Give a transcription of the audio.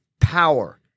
power